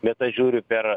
bet aš žiūriu per